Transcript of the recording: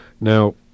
Now